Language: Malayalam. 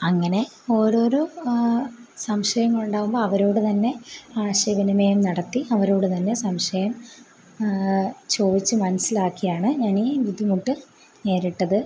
അങ്ങനെ ഓരോരോ സംശയങ്ങൾ ഉണ്ടാവുമ്പോൾ അവരോട് തന്നെ ആശയവിനിമയം നടത്തി അവരോട് തന്നെ സംശയം ചോദിച്ച് മനസ്സിലാക്കിയാണ് ഞാൻ ഈ ബുദ്ധിമുട്ട് നേരിട്ടത്